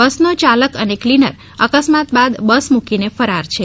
બસનો ચાલક અને ક્લીનર અકસ્માત બાદ બસ મૂકીને ફરાર છે